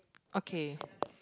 okay